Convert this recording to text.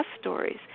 stories